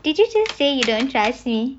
did you just say you don't trust me